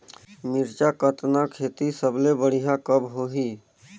मिरचा कतना खेती सबले बढ़िया कब होही?